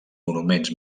monuments